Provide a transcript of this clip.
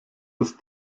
des